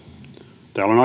täällä on